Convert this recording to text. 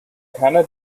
keiner